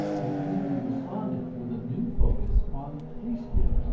the community responded with a new focus on preschoolers